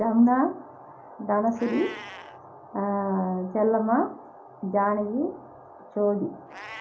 Jamuna Dhanasudhi Chellamma Janaki Jothi